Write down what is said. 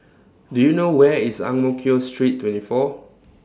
Do YOU know Where IS Ang Mo Kio Street twenty four